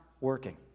working